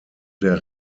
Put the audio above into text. der